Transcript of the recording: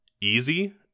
easy